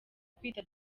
kwita